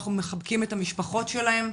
אנחנו מחבקים את המשפחות שלהם,